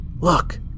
Look